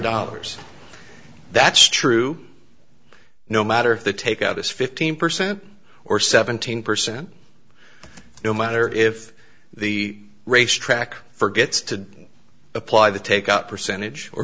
dollars that's true no matter the take out his fifteen percent or seventeen percent no matter if the race track forgets to apply the take up percentage or